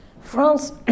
France